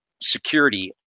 security